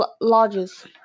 lodges